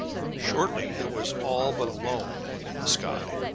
shortly it was all but alone in the sky.